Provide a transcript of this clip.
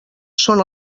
són